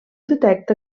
detecta